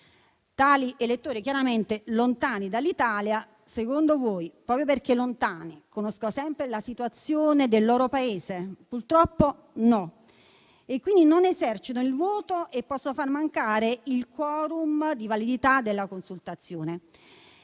Tali elettori, chiaramente, lontani dall'Italia - secondo voi - proprio perché lontani, conoscono sempre la situazione del loro Paese? Purtroppo no e quindi non esercitano il voto e possono far mancare il *quorum* di validità della consultazione.